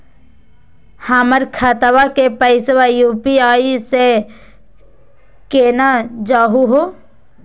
हमर खतवा के पैसवा यू.पी.आई स केना जानहु हो?